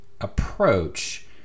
approach